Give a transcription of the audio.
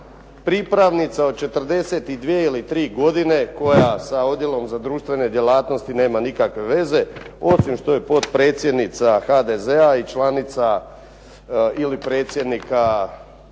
Pripravnica od 42 ili 43 godine koja sa Odjelom za društvene djelatnosti nema nikakve veze osim što je potpredsjednica HDZ-a i članica ili predsjednika Katarine